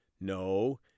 No